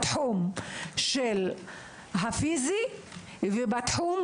בתחום הפיזי, בתחום